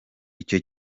icyo